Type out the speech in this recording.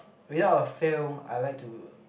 without a fail I like to